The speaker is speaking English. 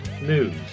news